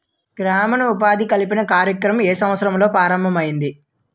గ్రామీణ ఉపాధి కల్పన కార్యక్రమం ఏ సంవత్సరంలో ప్రారంభం ఐయ్యింది?